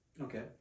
Okay